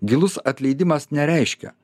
gilus atleidimas nereiškia